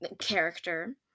character